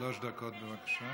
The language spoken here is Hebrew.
שלוש דקות, בבקשה.